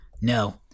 No